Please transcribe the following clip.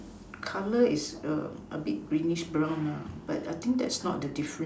colour is err a bit greenish brown lah but I think that's not the difference